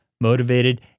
motivated